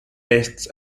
tests